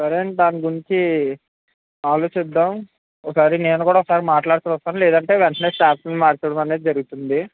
సరే అండి దాని గురించి ఆలోచిద్దాం ఒకసారి నేను కూడా ఒకసారి మాట్లాడి చూస్తాను లేదంటే వెంటనే స్టాఫ్ ని మార్చడం అనేది జరుగుతుంది